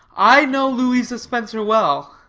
i know louisa spencer well.